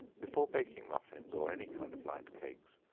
before baking muffins, or any kind of light cakes,